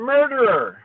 Murderer